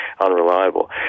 unreliable